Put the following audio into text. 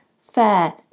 fair